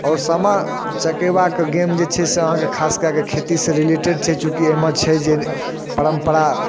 आओर सामा चकेबाके गेम जे छै से अहाँके खास कए कऽ खेतीसँ रिलेटेड छै चुकि अइमे छै जे परम्परा